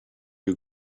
you